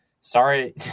Sorry